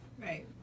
Right